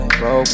bro